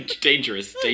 Dangerous